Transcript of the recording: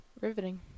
Riveting